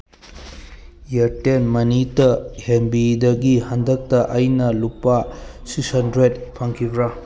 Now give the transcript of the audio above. ꯏꯌꯔꯇꯦꯜ ꯃꯅꯤꯇ ꯍꯦꯟꯕꯤꯗꯒꯤ ꯍꯟꯗꯛꯇ ꯑꯩꯅ ꯂꯨꯄꯥ ꯁꯤꯛꯁ ꯍꯟꯗ꯭ꯔꯦꯠ ꯐꯪꯈꯤꯕ꯭ꯔꯥ